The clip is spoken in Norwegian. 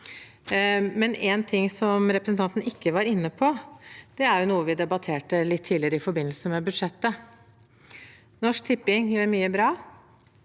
En ting som representanten ikke var inne på, er noe vi debatterte litt tidligere i forbindelse med budsjettet: Norsk Tipping gjør mye bra,